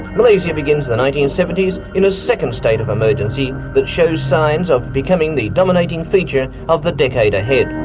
malaysia begins the nineteen seventy s in a second state of emergency that shows signs of becoming the dominating feature of the decade ahead.